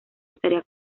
estaría